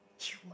humour